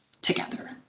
together